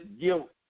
guilt